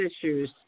issues